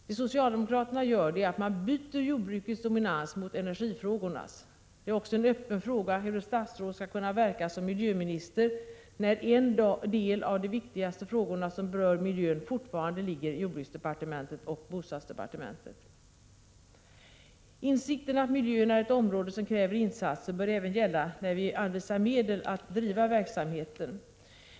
Vad socialdemokraterna gör är att man byter jordbrukets dominans mot energifrågornas. Det är också en öppen fråga hur ett statsråd skall kunna verka som miljöminister, när en del av de viktigaste frågorna som berör miljön fortfarande ligger i jordbruksdepartementet och bostadsdepartementet. Insikten att miljön är ett område som kräver insatser bör även gälla när vi anvisar medel att driva verksamheten.